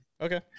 Okay